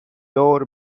دور